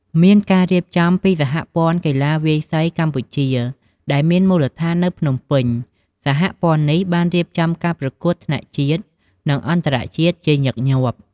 មានការរៀបចំពីសហព័ន្ធកីឡាវាយសីកម្ពុជា ដែលមានមូលដ្ឋាននៅភ្នំពេញ សហព័ន្ធនេះបានរៀបចំការប្រកួតថ្នាក់ជាតិ និងអន្តរជាតិជាញឹកញាប់។